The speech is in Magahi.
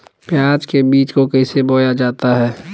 प्याज के बीज को कैसे बोया जाता है?